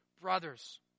Brothers